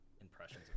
impressions